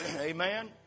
Amen